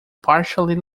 partially